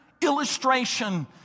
illustration